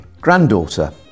granddaughter